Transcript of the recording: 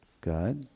God